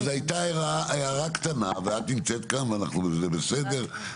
אבל זאת הייתה הערה קטנה ואת נמצאת כאן, זה בסדר.